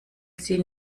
sie